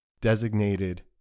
designated